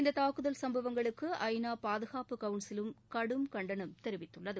இந்த தாக்குதல் சம்பவங்களுக்கு ஐநா பாதுகாப்பு கவுன்சிலும் கடும் கண்டனம் தெரிவித்துள்ளது